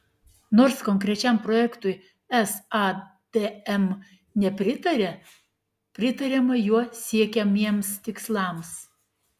nors konkrečiam projektui sadm nepritaria pritariama juo siekiamiems tikslams